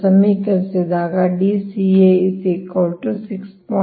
ಸಮೀಕರಿಸಿದಾಗ Deq 6